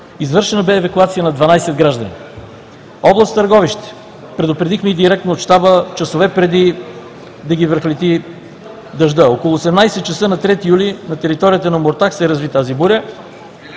Извършена бе евакуация на 12 граждани. Област Търговище – предупредихме и директно от щаба часове преди да ги връхлети дъжда. Около 18,00 ч. на 3 юли 2017 г. на територията на Омуртаг се разви тази буря